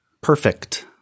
perfect